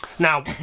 Now